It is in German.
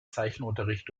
zeichenunterricht